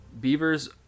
beavers